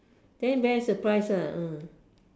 then very surprised ah